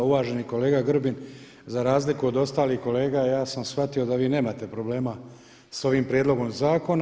Uvaženi kolega Grbin, za razliku od ostalih kolega ja sam shvatio da vi nemate problema sa ovim prijedlogom zakona.